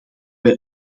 wij